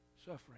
suffering